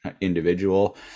individual